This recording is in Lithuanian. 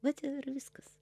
vat ir viskas